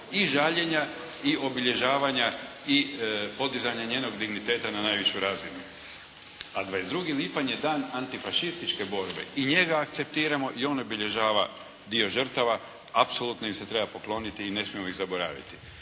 i žaljenja i obilježavanja i podizanja njenog digniteta na najvišu razinu. A 22. lipanj je dan antifašističke borbe. I njega akceptiramo i on obilježava dio žrtava. Apsolutno im se treba pokloniti i ne smijemo ih zaboraviti.